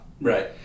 Right